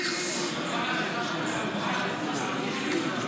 המחוסלים היו